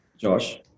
Josh